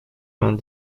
vingt